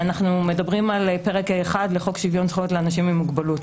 אנו מדברים על פרק 1 לחוק שוויון זכויות לאנשים עם מוגבלות.